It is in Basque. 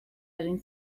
egin